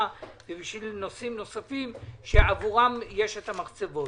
ובשביל נושאים נוספים שעבורם יש את המחצבות.